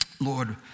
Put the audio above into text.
Lord